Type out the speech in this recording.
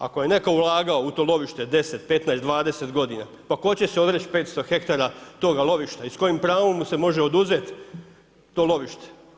Ako je netko ulagao u to lovište, 10, 15, 20 godina, pa tko će se odreći 500 hektara toga lovišta i s kojim pravom mu se može oduzeti to lovište.